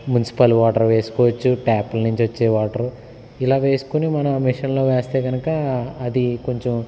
municipal water వేసుకోవచ్చు ట్యాప్ల నుంచి వచ్చే వాటరు ఇలా వేసుకుని మనం ఆ మిషన్లో వేస్తే కనుక అది కొంచెం